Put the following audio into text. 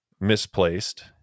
misplaced